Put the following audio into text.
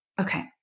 Okay